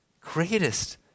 greatest